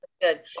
good